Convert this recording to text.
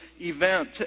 event